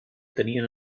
tenien